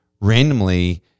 randomly